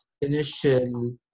initial